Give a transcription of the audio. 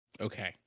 Okay